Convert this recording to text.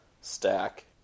stack